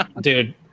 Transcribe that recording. dude